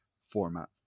format